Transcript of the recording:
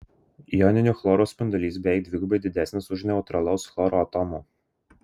joninio chloro spindulys beveik dvigubai didesnis už neutralaus chloro atomo